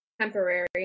temporary